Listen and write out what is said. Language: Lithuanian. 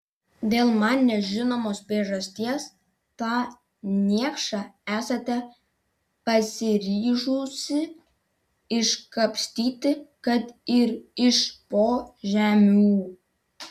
dėl man nežinomos priežasties tą niekšą esate pasiryžusi iškapstyti kad ir iš po žemių